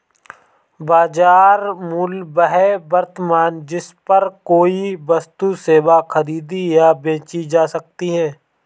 बाजार मूल्य वह वर्तमान जिस पर कोई वस्तु सेवा खरीदी या बेची जा सकती है